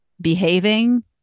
behaving